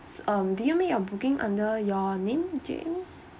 um do you make your booking under your name james